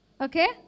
Okay